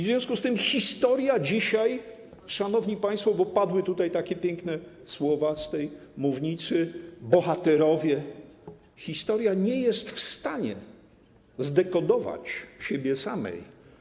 W związku z tym historia dzisiaj, szanowni państwo - bo padły tutaj takie piękne słowa z tej mównicy: bohaterowie - nie jest w stanie zdekodować siebie samej.